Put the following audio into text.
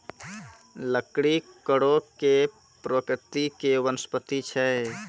लकड़ी कड़ो प्रकृति के वनस्पति छै